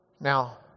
Now